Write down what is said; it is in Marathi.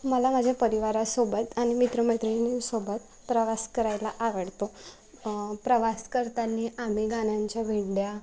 मला माझ्या परिवारासोबत आणि मित्र मैत्रिणींसोबत प्रवास करायला आवडतो प्रवास करताना आम्ही गाण्याच्या भेंड्या